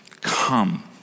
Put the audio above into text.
come